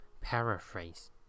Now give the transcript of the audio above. Paraphrase